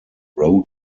road